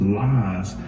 lies